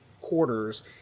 quarters